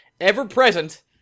ever-present